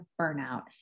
burnout